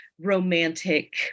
romantic